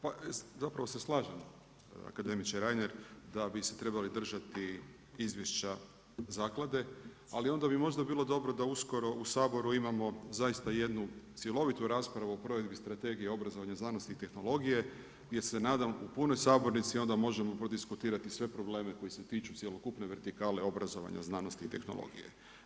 Pa zapravo se slažem akademiče Reiner da bi se trebali držati izvješća zaklade, ali onda bi možda bilo dobro da uskoro u Saboru imamo zaista jednu cjelovitu raspravu o provedbi Strategiji obrazovanja, znanosti i tehnologije jer se nadam u punoj sabornici onda možemo prodiskutirati sve probleme koji se tiču cjelokupne vertikale obrazovanja, znanosti i tehnologije.